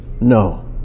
No